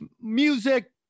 Music